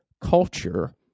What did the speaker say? culture